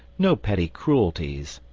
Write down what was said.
no petty cruelties,